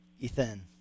Ethan